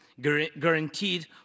guaranteed